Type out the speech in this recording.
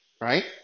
Right